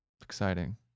Exciting